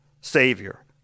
Savior